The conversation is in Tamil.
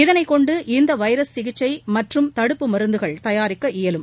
இதனை கொண்டு இந்த வைரஸ் சிகிச்சை மற்றும் தடுப்பு மருந்துகள் தயாரிக்க இயலும்